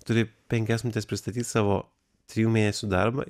turi penkias minutes pristatyt savo trijų mėnesių darbą